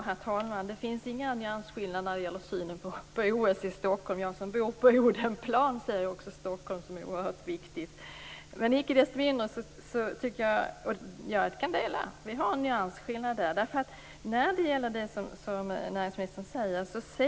Herr talman! Det finns inga nyansskillnader när det gäller synen på OS i Stockholm. Jag som bor på Odenplan ser också Stockholm som oerhört viktig. Icke desto mindre kan jag dela uppfattningen att vi har en nyansskillnad. Vi ser också en fara i det som näringsministern säger.